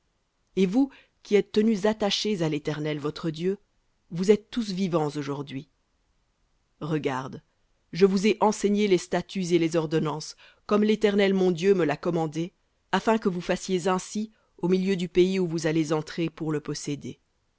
et vous qui vous êtes tenus attachés à l'éternel votre dieu vous êtes tous vivants aujourdhui regarde je vous ai enseigné les statuts et les ordonnances comme l'éternel mon dieu me l'a commandé afin que vous fassiez ainsi au milieu du pays où vous allez entrer pour le posséder